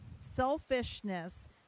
selfishness